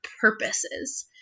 purposes